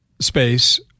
space